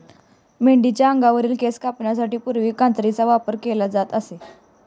मेंढीच्या अंगावरील केस कापण्यासाठी पूर्वी कात्रीचा वापर केला जात असे